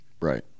right